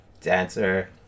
dancer